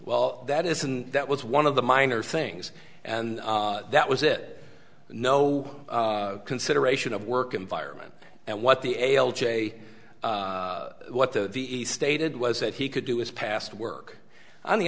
well that isn't that was one of the minor things and that was it no consideration of work environment and what the ail j what the stated was that he could do is past work on the